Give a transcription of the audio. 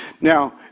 Now